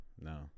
No